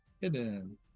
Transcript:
Hidden